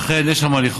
אכן, יש על מה לכעוס.